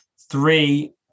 three